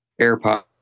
AirPod